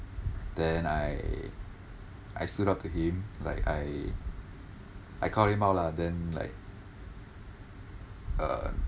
then I I stood up to him like I I call him out lah then like uh